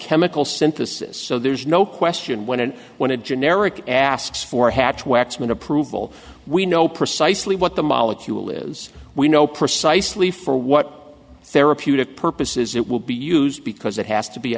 chemical synthesis so there's no question when and when a generic asks for hatch waxman approval we know precisely what the molecule is we know precisely for what therapeutic purposes it will be used because it has to be